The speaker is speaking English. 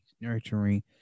nurturing